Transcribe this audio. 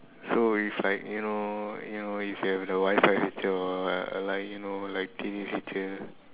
so if like you know you know if you have the Wi-fi feature like you know like T_V feature